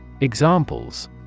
Examples